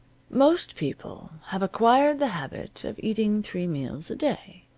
most people have acquired the habit of eating three meals a day.